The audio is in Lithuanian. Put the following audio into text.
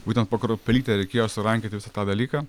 būtent po kruopelytę reikėjo surankioti visą tą dalyką